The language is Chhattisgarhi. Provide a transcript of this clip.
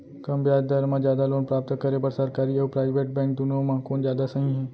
कम ब्याज दर मा जादा लोन प्राप्त करे बर, सरकारी अऊ प्राइवेट बैंक दुनो मा कोन जादा सही हे?